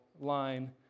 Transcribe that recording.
line